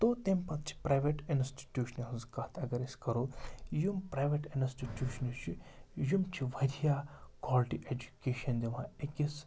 تو تمہِ پَتہٕ چھِ پرٮ۪ویٹ اِنَسٹِٹیوٗشنہِ ہٕنٛز کَتھ اگر أسۍ کَرو یِم پرٮ۪ویٹ اِنَسٹِٹیوٗشنہٕ چھِ یِم چھِ وارِیاہ کالٹی اٮ۪جُکیشَن دِوان أکِس